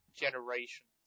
generations